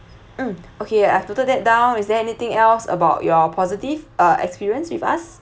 mm okay I have noted that down is there anything else about your positive uh experience with us